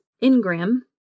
Ingram